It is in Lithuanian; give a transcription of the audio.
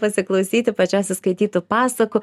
pasiklausyti pačios įskaitytų pasakų